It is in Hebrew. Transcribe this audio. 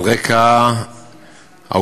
על רקע העובדה